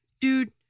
dude